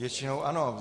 Většinou ano.